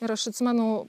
ir aš atsimenu